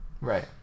right